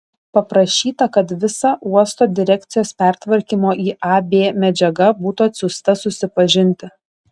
paprašyta kad visa uosto direkcijos pertvarkymo į ab medžiaga būtų atsiųsta susipažinti